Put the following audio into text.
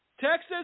Texas